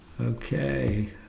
Okay